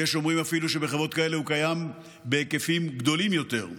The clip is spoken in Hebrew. יש אומרים אפילו שבחברות כאלה הוא קיים בהיקפים גדולים יותר,